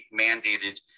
mandated